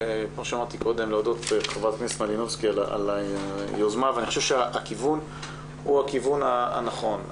להודות לח"כ מלינובסקי על היוזמה ואני חושב שהכיוון הוא הכיוון הנכון.